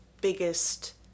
biggest